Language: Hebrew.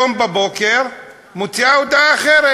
היום בבוקר מוציאה הודעה אחרת.